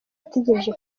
ategereje